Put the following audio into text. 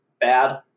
bad